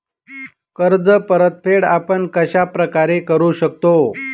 कर्ज परतफेड आपण कश्या प्रकारे करु शकतो?